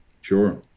Sure